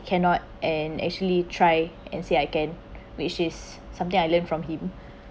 cannot and actually try and say I can which is something I learn from him